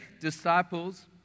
disciples